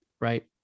Right